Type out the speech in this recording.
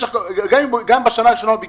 גם אם בשנה הראשונה הוא ביקש,